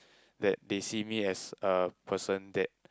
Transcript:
that they see me as a person that